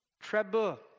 Trouble